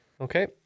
Okay